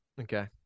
okay